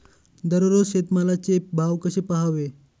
दररोज शेतमालाचे भाव कसे पहावे?